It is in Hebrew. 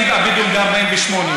תושבים בדואים ב-48'.